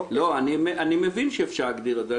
אני מבין שאפשר להגדיר את זה.